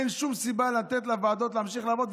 אין שום סיבה לתת לוועדות להמשיך לעבוד,